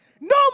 no